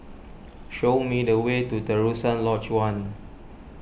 show me the way to Terusan Lodge one